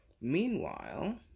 Meanwhile